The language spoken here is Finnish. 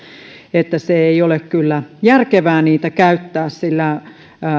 että ei ole kyllä järkevää niitä käyttää sillä